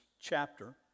chapter